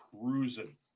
cruising